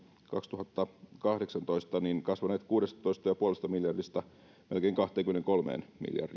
kaksituhattakahdeksantoista kasvaneet kuudestatoista pilkku viidestä miljardista melkein kahteenkymmeneenkolmeen